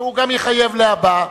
שגם יחייב להבא,